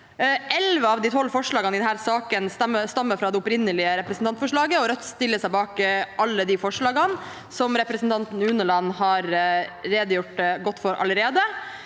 Elleve av de tolv forslagene i denne saken stammer fra det opprinnelige representantforslaget, og Rødt stiller seg bak alle de forslagene representanten Unneland har redegjort godt for allerede.